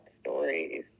stories